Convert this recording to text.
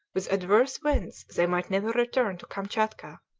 with adverse winds they might never return to kamtchatka,